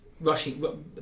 Rushing